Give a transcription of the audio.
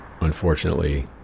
unfortunately